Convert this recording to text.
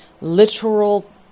literal